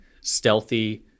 stealthy